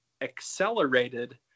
accelerated